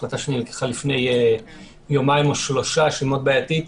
החלטה שנלקחה לפני יומיים או שלושה שהיא מאוד בעייתית.